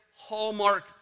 hallmark